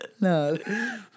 No